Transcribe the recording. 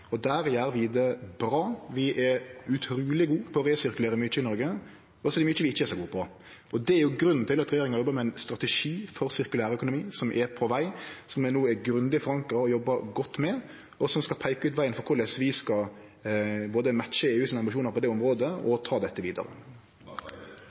Der gjer vi det bra. Vi er utruleg gode på å resirkulere mykje i Noreg, og så er det mykje vi ikkje er så gode på. Det er grunnen til at regjeringa jobbar med ein strategi for sirkulær økonomi, som er på veg og grundig forankra, og som vi jobbar godt med. Strategien skal peike ut vegen for korleis vi skal både matche EUs ambisjonar på det området og